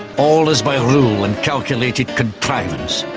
all is by rule and calculated contrivance.